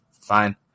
fine